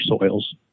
soils